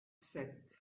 sept